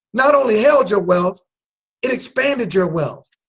not only held your wealth it expanded your wealth.